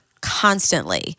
constantly